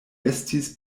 estis